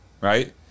right